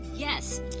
Yes